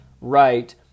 right